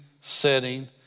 setting